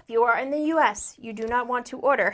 if you are in the us you do not want to order